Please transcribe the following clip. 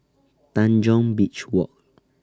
Tanjong Beach Walk